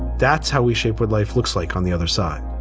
that's how we shape with life looks like on the other side.